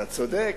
אתה צודק.